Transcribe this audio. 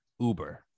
Uber